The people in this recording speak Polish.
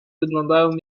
wyglądają